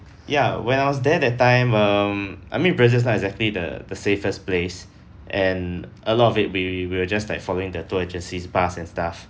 ya when I was there that time um I mean brazil is not exactly the the safest place and a lot of it we will just like following the tour agency's bus and staff